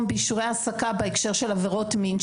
בהקשר של אישורי העסקה בהקשר של עבירות מין,